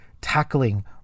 tackling